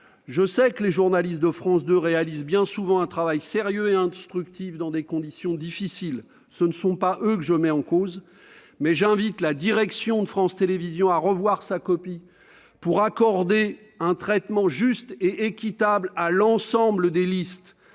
débat. Les journalistes de France 2 réalisent bien souvent- je le sais -un travail sérieux et instructif dans des conditions difficiles. Ce ne sont pas eux que je mets en cause. Mais j'invite la direction de France Télévisions à revoir sa copie pour accorder un traitement juste et équitable à l'ensemble des listes.